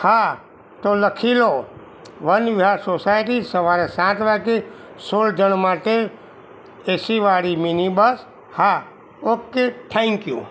હા તો લખી લો વન વિહાર સોસાયટી સવારે સાત વાગ્યે સોળ જણ માટે એસીવાળી મિનિ બસ હા ઓકે થેન્ક યુ